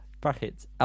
Brackets